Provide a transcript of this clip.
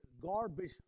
garbage